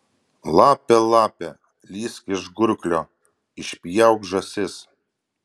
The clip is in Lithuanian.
lape lape lįsk iš gurklio išpjauk žąsis